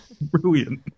brilliant